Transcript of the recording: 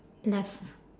left